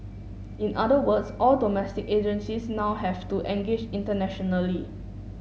in other words all domestic agencies now have to engage internationally